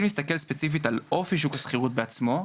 אם נסתכל על אופי שוק השכירות בעצמו,